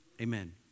amen